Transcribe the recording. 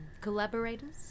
collaborators